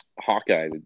Hawkeye